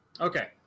Okay